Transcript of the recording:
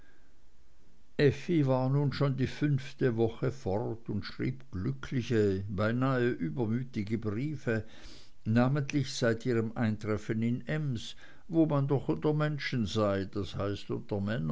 war nun schon in die fünfte woche fort und schrieb glückliche beinahe übermütige briefe namentlich seit ihrem eintreffen in ems wo man doch unter menschen sei das heißt